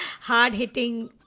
hard-hitting